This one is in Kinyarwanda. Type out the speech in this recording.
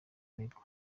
aregwa